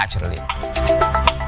naturally